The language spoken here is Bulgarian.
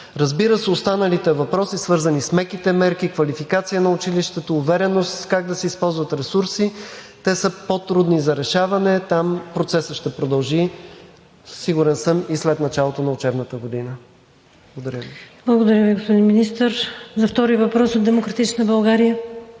Разбира се, останалите въпроси, свързани с меките мерки, квалификация на училището, увереност как да се използват ресурси – те са по-трудни за решаване. Там процесът ще продължи, сигурен съм, и след началото на учебната година. Благодаря. ПРЕДСЕДАТЕЛ ВИКТОРИЯ ВАСИЛЕВА: Благодаря Ви, господин Министър. За втори въпрос от „Демократична България“?